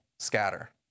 scatter